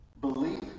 Belief